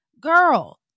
girl